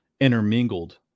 intermingled